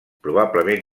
probablement